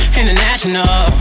international